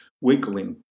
wiggling